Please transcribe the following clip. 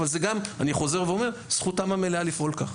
אבל אני חוזר ואומר שזו גם זכותם המלאה לפעול כך.